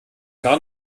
gar